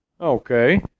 Okay